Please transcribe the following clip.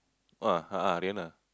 ah Reina